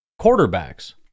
quarterbacks